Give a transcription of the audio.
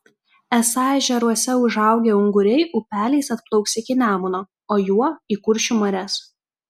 esą ežeruose užaugę unguriai upeliais atplauks iki nemuno o juo į kuršių marias